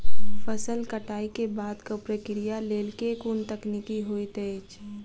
फसल कटाई केँ बादक प्रक्रिया लेल केँ कुन तकनीकी होइत अछि?